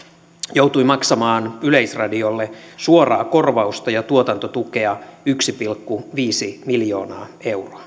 joutui maksamaan yleisradiolle suoraa korvausta ja tuotantotukea yksi pilkku viisi miljoonaa euroa